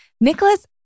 Nicholas